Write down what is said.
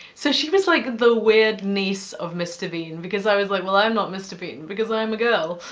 so she was, like, the weird niece of mr. bean, because i was like, well, i'm not mr. bean because i'm a girl.